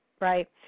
Right